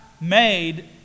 made